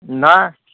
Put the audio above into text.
नहि